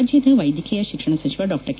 ರಾಜ್ಯದ ವೈದ್ಯಕೀಯ ಶಿಕ್ಷಣ ಸಚಿವ ಡಾ ಕೆ